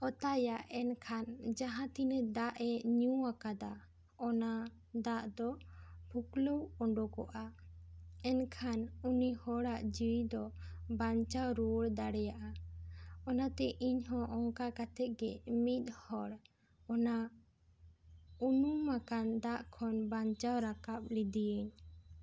ᱚᱛᱟᱭᱟ ᱮᱱᱠᱷᱟᱱ ᱡᱟᱦᱟᱸ ᱛᱤᱱᱟᱹᱜ ᱫᱟᱜ ᱮ ᱧᱩ ᱟᱠᱟᱫᱟ ᱚᱱᱟ ᱫᱟᱜ ᱫᱚ ᱯᱷᱩᱠᱞᱟᱹᱣ ᱩᱰᱩᱠᱚᱜᱼᱟ ᱮᱱᱠᱷᱟᱱ ᱩᱱᱤ ᱦᱚᱲᱟᱜ ᱡᱤᱣᱤ ᱫᱚ ᱵᱟᱱᱪᱟᱣ ᱨᱩᱣᱟᱹᱲ ᱫᱟᱲᱮᱭᱟᱜᱼᱟ ᱚᱱᱟ ᱛᱮ ᱤᱧ ᱦᱚᱸ ᱚᱱᱠᱟ ᱠᱟᱛᱮ ᱜᱮ ᱢᱤᱫ ᱦᱚᱲ ᱚᱱᱟ ᱩᱱᱩᱢ ᱟᱠᱟᱱ ᱫᱟᱜ ᱠᱷᱚᱱ ᱵᱟᱧᱪᱟᱣ ᱨᱟᱠᱟᱵ ᱞᱮᱫᱮᱭᱟᱹᱧ